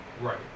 Right